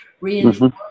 reinforce